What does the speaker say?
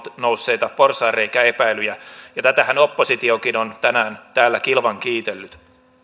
nousseita porsaanreikäepäilyjä tätähän oppositiokin on tänään täällä kilvan kiitellyt